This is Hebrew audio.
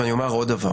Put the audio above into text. אני אומר עוד דבר,